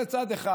זה צד אחד.